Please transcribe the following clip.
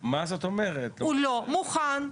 הוא לא מוכן,